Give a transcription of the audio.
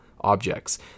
objects